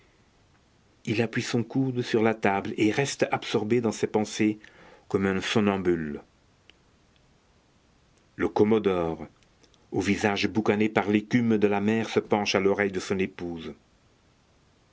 il appuie son coude sur la table et reste absorbé dans ses pensées comme un somnambule le commodore au visage boucané par l'écume de la mer se penche à l'oreille de son épouse